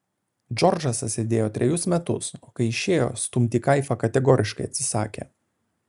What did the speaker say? džordžas atsėdėjo trejus metus o kai išėjo stumti kaifą kategoriškai atsisakė